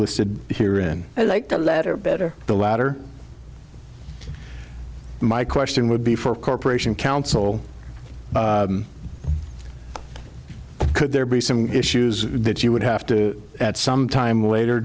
listed here in i like the letter better the latter my question would be for a corporation counsel could there be some issues that you would have to at some time later